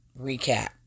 recap